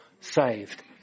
saved